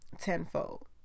tenfold